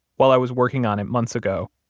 while i was working on it months ago,